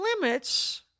limits